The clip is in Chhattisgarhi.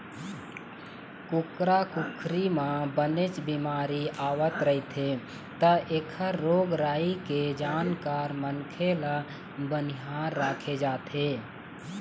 कुकरा कुकरी म बनेच बिमारी आवत रहिथे त एखर रोग राई के जानकार मनखे ल बनिहार राखे जाथे